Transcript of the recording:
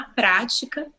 prática